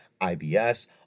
IBS